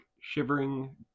shivering